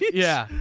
yeah.